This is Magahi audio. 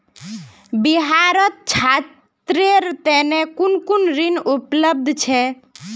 बिहारत छात्रेर तने कुन कुन ऋण उपलब्ध छे